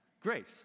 Grace